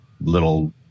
little